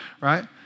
right